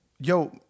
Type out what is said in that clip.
Yo